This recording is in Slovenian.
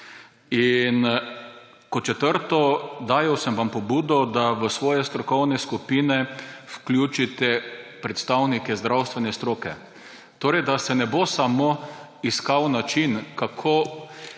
In kot četrto, dajal sem vam pobudo, da v svoje strokovne skupine vključite predstavnike zdravstvene stroke. Torej da se ne bo samo iskal način, kako